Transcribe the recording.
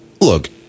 look